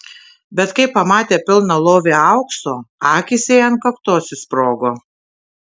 bet kai pamatė pilną lovį aukso akys jai ant kaktos išsprogo